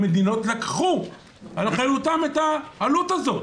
המדינות לקחו על אחריותן את העלות הזאת,